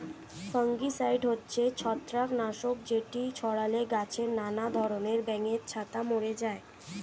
fungicide হচ্ছে ছত্রাক নাশক যেটি ছড়ালে গাছে নানা ধরণের ব্যাঙের ছাতা মরে যায়